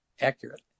accurate